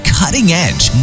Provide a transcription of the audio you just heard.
cutting-edge